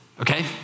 Okay